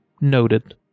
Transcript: Noted